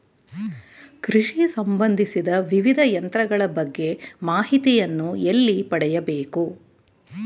ಕೃಷಿ ಸಂಬಂದಿಸಿದ ವಿವಿಧ ಯಂತ್ರಗಳ ಬಗ್ಗೆ ಮಾಹಿತಿಯನ್ನು ಎಲ್ಲಿ ಪಡೆಯಬೇಕು?